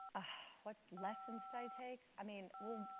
what lessons did i take? i mean, well,